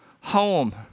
home